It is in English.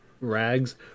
rags